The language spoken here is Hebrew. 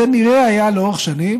זה היה נראה לאורך שנים